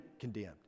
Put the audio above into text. condemned